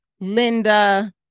Linda